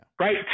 right